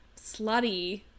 slutty